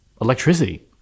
electricity